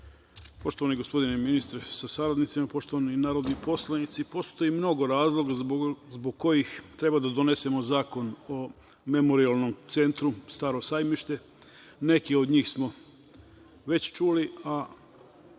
gospodine ministre sa saradnicima, poštovani narodni poslanici, postoji mnogo razloga zbog kojih trba da donesemo zakon o Memorijalnom centru "Staro sajmište", neke od njih smo već čuli, a